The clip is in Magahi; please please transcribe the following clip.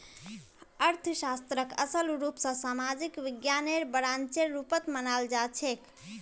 अर्थशास्त्रक असल रूप स सामाजिक विज्ञानेर ब्रांचेर रुपत मनाल जाछेक